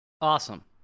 Awesome